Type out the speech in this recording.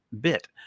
bit